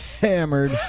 Hammered